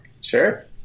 sure